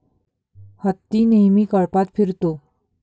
हत्ती नेहमी कळपात फिरतो